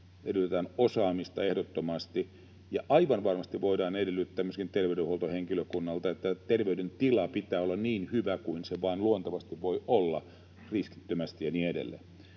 edellytetään osaamista, ehdottomasti, ja aivan varmasti voidaan edellyttää terveydenhuoltohenkilökunnalta, että terveydentila pitää olla niin hyvä kuin se vain luontevasti voi olla, riskittömästi ja niin edelleen.